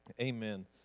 amen